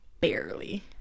barely